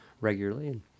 regularly